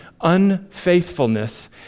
Unfaithfulness